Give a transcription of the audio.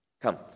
Come